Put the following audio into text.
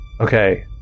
okay